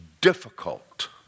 difficult